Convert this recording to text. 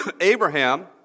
Abraham